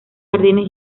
jardines